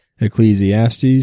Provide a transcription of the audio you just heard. Ecclesiastes